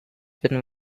been